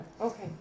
Okay